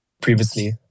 previously